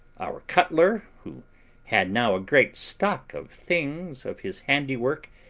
our cutler, who had now a great stock of things of his handiwork,